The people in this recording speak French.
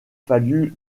fallu